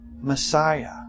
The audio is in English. Messiah